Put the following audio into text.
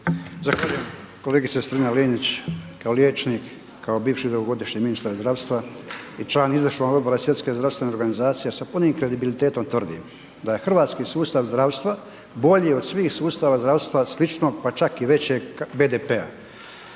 Zahvaljujem. Kolegice Strenja Linić, kao liječnik, kao bivši dugogodišnji ministar zdravstva i član izvršnog odbora Svjetske zdravstvene organizacije sa punim kredibilitetom tvrdim da je hrvatski sustav zdravstva bolji od svih sustava zdravstva sličnog pa čak i većeg BDP-a.